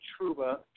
Truba